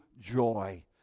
joy